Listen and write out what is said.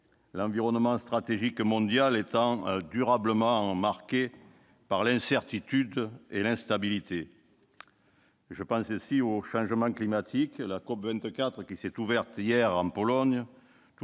l'environnement stratégique mondial étant durablement marqué par l'incertitude et l'instabilité. Je pense ainsi au changement climatique. La COP24, qui s'est ouverte hier en Pologne,